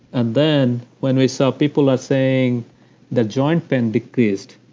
and then when we saw people are saying their joint pain decreased,